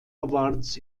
awards